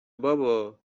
بابا